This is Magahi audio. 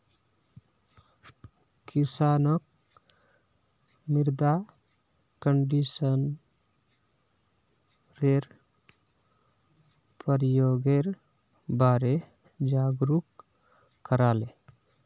किसानक मृदा कंडीशनरेर प्रयोगेर बारे जागरूक कराले